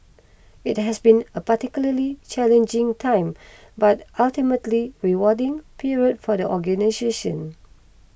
it has been a particularly challenging time but ultimately rewarding period for the organisation